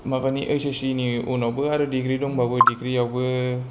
माबानि ओइस एसनि उनावबो आरो दिग्री दंबावो दिग्रीयावबो